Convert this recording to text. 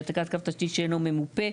העתקת קווי תשתית שאינו ממופה.